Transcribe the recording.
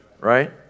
right